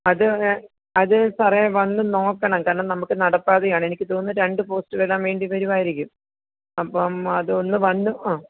അത് പിന്നെ അത് സാറേ വന്ന് നോക്കണം കാരണം നമുക്ക് നടപ്പാതയാണ് എനിക്ക് തോന്നുന്ന് രണ്ട് പോസ്റ്റുകൾ ഇടാൻ വേണ്ടി വരുവായിരിക്കും അപ്പം അതൊന്ന് വന്ന് ആ